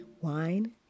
Wine